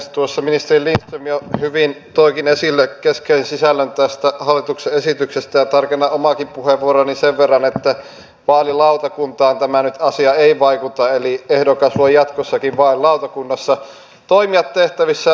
tuossa ministeri lindström jo hyvin toikin esille keskeisen sisällön tästä hallituksen esityksestä ja tarkennan omaakin puheenvuoroani sen verran että vaalilautakuntaan tämä asia nyt ei vaikuta eli ehdokas voi jatkossakin vaalilautakunnassa toimia tehtävissä